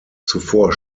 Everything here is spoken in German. zuvor